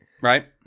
Right